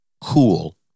cool